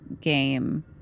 game